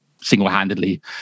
single-handedly